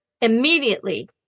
immediately